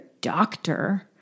doctor